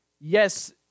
yes